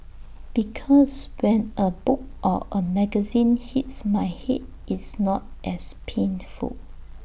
because when A book or A magazine hits my Head it's not as paint full